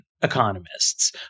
economists